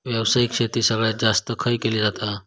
व्यावसायिक शेती सगळ्यात जास्त खय केली जाता?